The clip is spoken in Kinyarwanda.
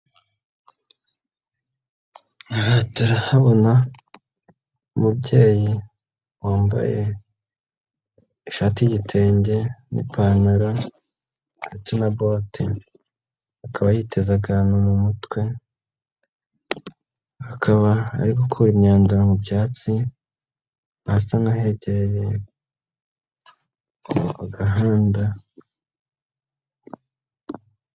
Aha turahabona umubyeyi wambaye ishati y'igitenge n'ipantaro, ndetse na bote, akaba yiteza akantu mu mutwe, akaba ari gukora imyanda mu byatsi ahasa n'ahegereye agahanda.